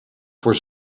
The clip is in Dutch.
voor